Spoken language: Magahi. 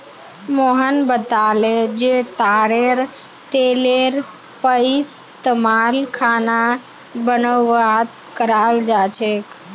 मोहन बताले जे तारेर तेलेर पइस्तमाल खाना बनव्वात कराल जा छेक